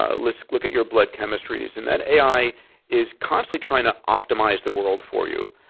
ah look look at your blood chemistries and that ai is constantly trying to optimize the world for you,